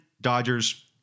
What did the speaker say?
dodgers